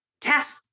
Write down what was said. test